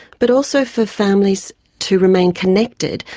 but also for families to remain connected,